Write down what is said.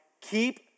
keep